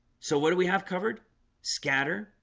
so what do we have covered scatter